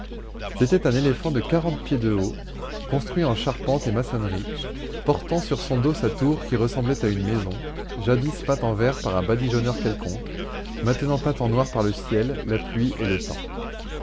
c'était un éléphant de quarante pieds de haut construit en charpente et en maçonnerie portant sur son dos sa tour qui ressemblait à une maison jadis peint en vert par un badigeonneur quelconque maintenant peint en noir par le ciel la pluie et le temps